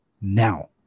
now